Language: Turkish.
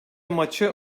maçı